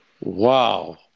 Wow